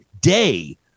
day